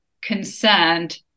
concerned